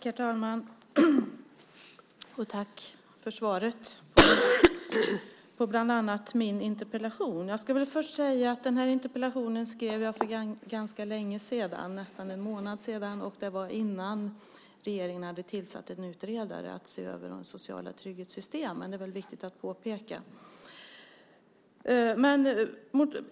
Herr talman! Tack för svaret på bland annat min interpellation! Jag skrev interpellationen för nästan en månad sedan, och det var innan regeringen hade tillsatt en utredare att se över de sociala trygghetssystemen. Det är viktigt att påpeka.